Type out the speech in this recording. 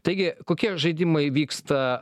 taigi kokie žaidimai vyksta